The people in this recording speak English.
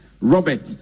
Robert